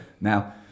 Now